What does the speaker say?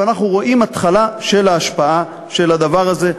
ואנחנו רואים התחלה של ההשפעה של הדבר הזה.